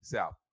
South